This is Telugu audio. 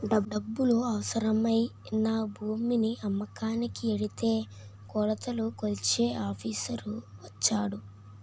డబ్బులు అవసరమై నా భూమిని అమ్మకానికి ఎడితే కొలతలు కొలిచే ఆఫీసర్ వచ్చాడు